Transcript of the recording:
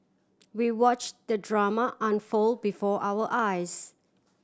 we watch the drama unfold before our eyes